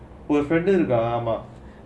will friend kan mah